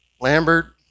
Lambert